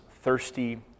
thirsty